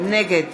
נגד